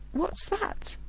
what's that?